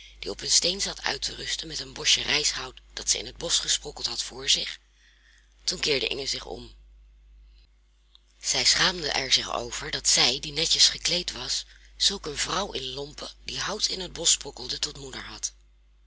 die op een steen zat uit te rusten met een bosje rijshout dat zij in het bosch gesprokkeld had voor zich toen keerde inge om zij schaamde er zich over dat zij die netjes gekleed was zulk een vrouw in lompen die hout in het bosch sprokkelde tot moeder had